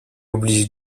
oblige